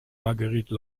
marguerite